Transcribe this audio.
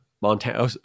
Montana